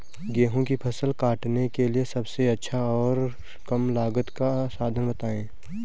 गेहूँ की फसल काटने के लिए सबसे अच्छा और कम लागत का साधन बताएं?